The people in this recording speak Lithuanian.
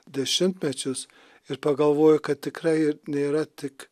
dešimtmečius ir pagalvojau kad tikrai nėra tik